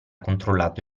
controllato